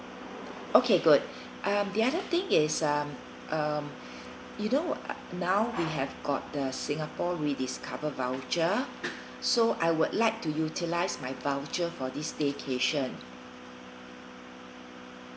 okay good um the other thing is um um you know now we have got the singapore rediscovered voucher so I would like to utilize my voucher for this staycation